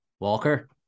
Walker